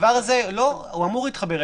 הוא אמור להתחבר.